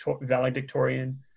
valedictorian